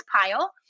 pile